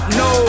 no